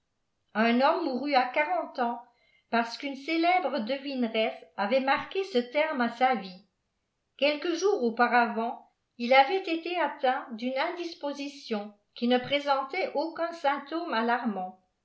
un homme mourut à quarante ans parce qu'une célèbre devineresse vait marqué ce tenue à sa vie quelques jours auparavant il avait été atteint d'une indisposition qui ne présentait aucun symptôme alarmant